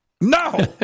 No